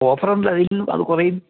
ഓഫറുണ്ട് അതിൽ നിന്നും അത് കുറയും